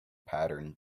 pattern